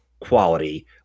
quality